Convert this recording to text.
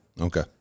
Okay